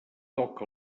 toc